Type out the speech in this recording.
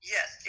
Yes